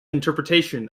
interpretation